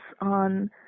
on